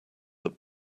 that